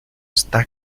está